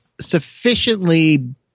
sufficiently